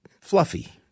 fluffy